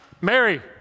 Mary